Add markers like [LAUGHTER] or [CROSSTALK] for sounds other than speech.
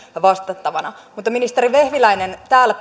vastattavana mutta ministeri vehviläinen täällä [UNINTELLIGIBLE]